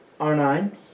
R9